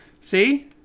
See